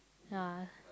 ya